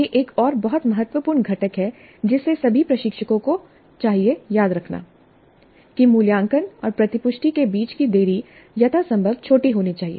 यह एक और बहुत महत्वपूर्ण घटक है जिसे सभी प्रशिक्षकों को चाहिए याद रखना कि मूल्यांकन और प्रतिपुष्टि के बीच की देरी यथासंभव छोटी होनी चाहिए